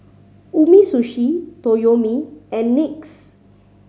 Umisushi Toyomi and NYX